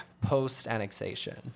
Post-annexation